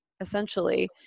essentially